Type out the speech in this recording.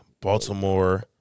Baltimore